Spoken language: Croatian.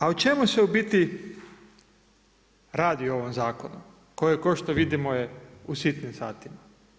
A o čemu se u biti radi u ovom zakonu koji je kao što vidimo je u sitnim satima?